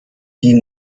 die